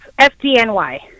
FDNY